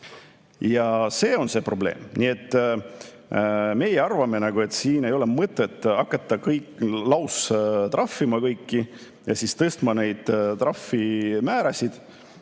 Ja see on see probleem. Nii et meie arvame, et siin ei ole mõtet hakata laustrahvima kõiki ja tõstma trahvimäärasid